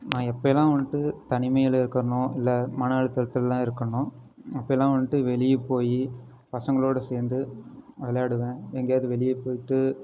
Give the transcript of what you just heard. நான் எப்போலாம் வந்துட்டு தனிமையில் இருக்கிறனோ இல்லை மன அழுத்தத்திலலாம் இருக்கேனோ அப்போலாம் வந்துட்டு வெளியே போய் பசங்களோடு சேர்ந்து விளையாடுவேன் எங்கேயாவது வெளியே போயிட்டு